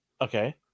Okay